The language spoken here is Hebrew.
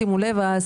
שימו לב,